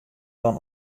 dan